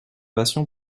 passion